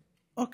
לבוא?) אני כאן.